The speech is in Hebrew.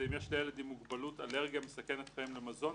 "ואם יש לילד עם מוגבלות אלרגיה מסכנת חיים למזון,